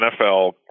NFL